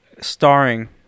starring